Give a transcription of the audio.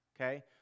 okay